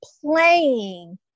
playing